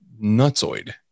nutsoid